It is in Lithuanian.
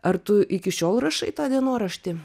ar tu iki šiol rašai tą dienoraštį